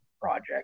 project